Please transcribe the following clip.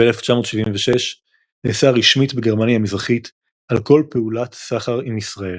ב-1976 נאסר רשמית בגרמניה המזרחית על כל פעולת סחר עם ישראל.